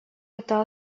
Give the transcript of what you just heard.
это